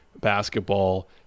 Basketball